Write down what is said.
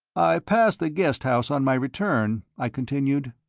i passed the guest house on my return, i continued.